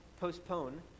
postpone